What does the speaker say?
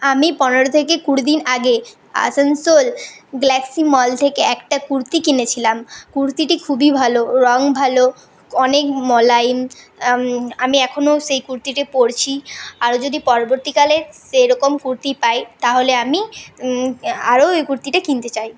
আমি পনেরো থেকে কুড়ি দিন আগে আসানসোল গ্যালাক্সি মল থেকে একটা কুর্তি কিনেছিলাম কুর্তিটি খুবই ভালো ও রঙ ভালো অনেক মোলায়েম আমি এখনও সেই কুর্তিটি পরছি আরও যদি পরবর্তীকালে সেইরকম কুর্তি পাই তাহলে আমি আরও ওই কুর্তিটি কিনতে চাই